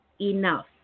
enough